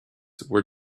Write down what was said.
were